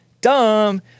Dumb